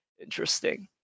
interesting